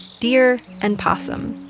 deer and possum,